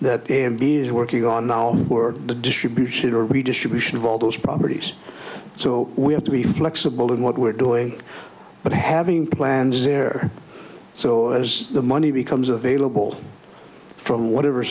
is working on now for the distribution or we distribution of all those properties so we have to be flexible in what we're doing but having plans there so as the money becomes available from whatever